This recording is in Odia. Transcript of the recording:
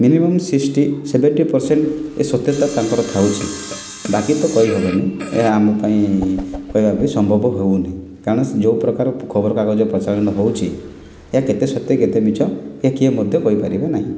ମିନିମମ୍ ସିକ୍ସଟି ସେଭେଣ୍ଟି ପର୍ସେଣ୍ଟ୍ ସତ୍ୟତା ତାଙ୍କର ଥାଉଚି ବାକି ତ କହି ହେବନି ଏହା ଆମ ପାଇଁ କହିବା ପାଇଁ ସମ୍ଭବ ହେଉନି କାରଣ ଯେଉଁ ପ୍ରକାର ଖାବରକାଗଜ ପ୍ରସାରଣ ହେଉଛି ଏହା କେତେ ସତ୍ୟ କେତେ ମିଛ କେହି ମଧ୍ୟ କହିପାରିବେ ନାହିଁ